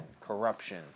corruption